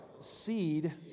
seed